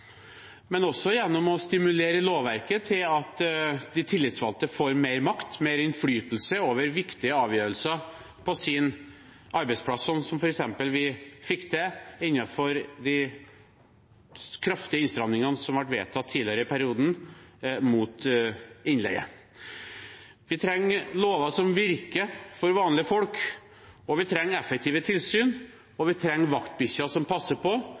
men også gjennom å stimulere i lovverket til at de tillitsvalgte får mer makt, mer innflytelse over viktige avgjørelser på sin arbeidsplass, slik vi f.eks. fikk til med de kraftige innstramningene mot innleie som ble vedtatt tidligere i perioden. Vi trenger lover som virker for vanlige folk, vi trenger effektive tilsyn, og vi trenger vaktbikkjer som passer på,